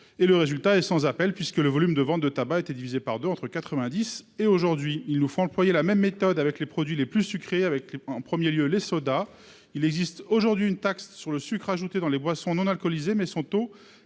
Le résultat est sans appel : le volume des ventes de tabac a été divisé par deux entre 1990 et aujourd'hui. Il nous faut employer la même méthode avec les produits les plus sucrés, en premier lieu les sodas. Il existe aujourd'hui une taxe sur le sucre ajouté dans les boissons non alcoolisées, mais son taux